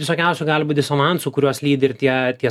visokiausių gali būt disonansų kurios lydi ir tie tie